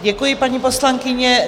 Děkuji, paní poslankyně.